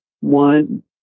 One